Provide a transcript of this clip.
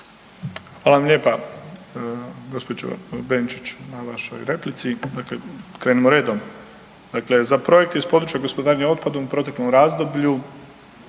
Hvala vam lijepa gđo. Benčić na vašoj replici. Dakle, krenimo redom, dakle za projekt iz područja gospodarenja otpadom u proteklom razdoblju